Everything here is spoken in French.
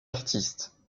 artistes